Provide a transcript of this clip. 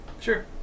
Sure